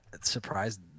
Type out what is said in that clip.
surprised